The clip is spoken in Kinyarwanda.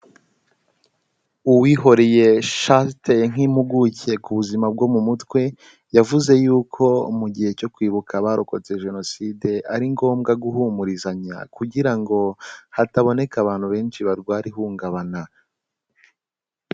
Uwihoreye Charte nk'impuguke ku buzima bwo mu mutwe yavuze yuko mu gihe cyo kwibuka abarokotse Jenoside ari ngombwa guhumurizanya kugira ngo hataboneka abantu benshi barwara ihungabana.